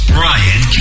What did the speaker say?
Brian